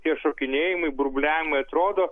tie šokinėjimai burbuliavimai atrodo